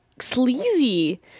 sleazy